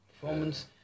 performance